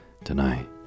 Tonight